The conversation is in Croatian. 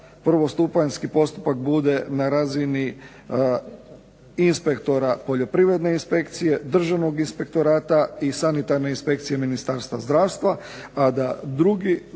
prvostupanjski postupak bude na razini inspektora Poljoprivredne inspekcije, Državnog inspektorata i Sanitarne inspekcije Ministarstva zdravstva, a da